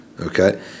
Okay